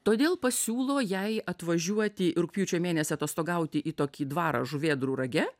todėl pasiūlo jai atvažiuoti rugpjūčio mėnesį atostogauti į tokį dvarą žuvėdrų rage